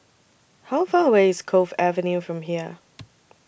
How Far away IS Cove Avenue from here